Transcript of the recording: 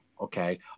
okay